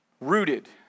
Rooted